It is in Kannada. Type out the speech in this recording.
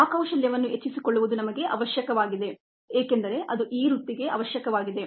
ಆ ಕೌಶಲ್ಯವನ್ನು ಹೆಚ್ಚಿಸಿಕೊಳ್ಳುವುದು ನಮಗೆ ಅವಶ್ಯಕವಾಗಿದೆ ಏಕೆಂದರೆ ಅದು ಈ ವೃತ್ತಿಗೆ ಅವಶ್ಯಕವಾಗಿದೆ